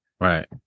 Right